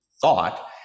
thought